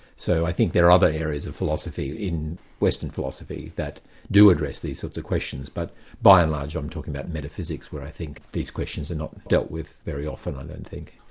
so i think there are other areas of philosophy, in western philosophy, that do address these sorts of questions, but by and large i'm talking about metaphysics, where i think these questions are not dealt with very often i don't and and think.